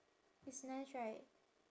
it's nice right